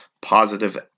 positive